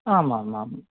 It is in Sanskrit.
आम् आम् आम्